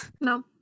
No